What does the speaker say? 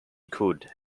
could